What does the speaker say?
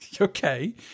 Okay